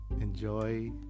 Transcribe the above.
enjoy